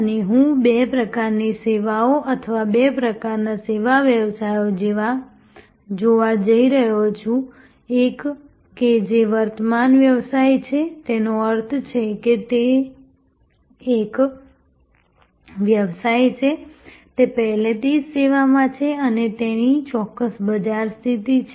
અને હું બે પ્રકારની સેવાઓ અથવા બે પ્રકારના સેવા વ્યવસાયો જોવા જઈ રહ્યો છું એક કે જે વર્તમાન વ્યવસાય છે તેનો અર્થ એ છે કે તે એક વ્યવસાય છે જે પહેલેથી જ સેવામાં છે અને તેની ચોક્કસ બજાર સ્થિતિ છે